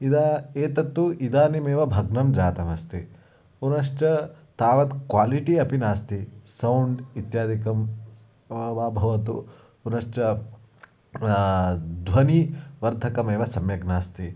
इदा एतत्तु इदानीमेव भग्नं जातम् अस्ति पुनश्च तावत् क्वालिटि अपि नास्ति सौण्ड् इत्यादिकं वा भवतु पुनश्च ध्वनिवर्धकमेव सम्यक् नास्ति